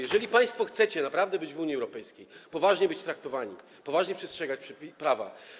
Jeżeli państwo chcecie naprawdę być w Unii Europejskiej, chcecie być poważnie traktowani, poważnie przestrzegać prawa.